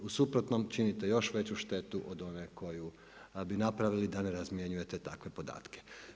U suprotnom činite još veću štetu od one koju bi napravili da ne razmjenjujete takve podatke.